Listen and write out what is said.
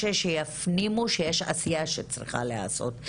כדי שיפנימו שיש עשייה שצריכה להיעשות.